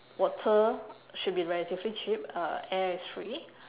water should be relatively cheap uh air is free